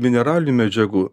mineralinių medžiagų